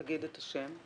תגיד את השם.